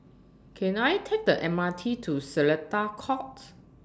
Can I Take The M R T to Seletar Courts